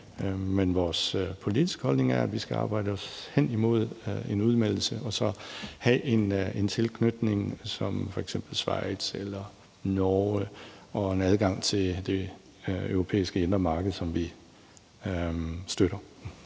Men vores politiske holdning er, at vi skal arbejde os hen imod en udmeldelse og så have en tilknytning, som f.eks. Schweiz eller Norge har, og en adgang til det europæiske indre marked, som vi støtter.